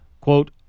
Quote